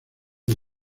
del